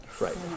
Right